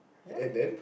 and then